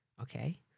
Okay